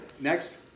next